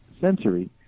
sensory